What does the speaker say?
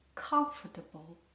Comfortable